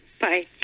Bye